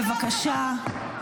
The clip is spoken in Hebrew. בבקשה.